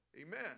Amen